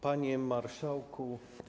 Panie Marszałku!